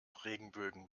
regenbögen